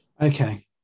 Okay